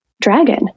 dragon